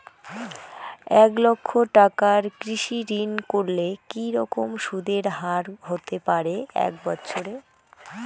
এক লক্ষ টাকার কৃষি ঋণ করলে কি রকম সুদের হারহতে পারে এক বৎসরে?